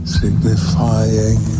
signifying